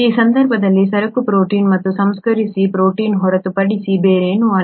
ಈ ಸಂದರ್ಭದಲ್ಲಿ ಸರಕು ಪ್ರೋಟೀನ್ ಮತ್ತು ಸಂಸ್ಕರಿಸಿದ ಪ್ರೊಟೀನ್ ಹೊರತುಪಡಿಸಿ ಬೇರೇನೂ ಅಲ್ಲ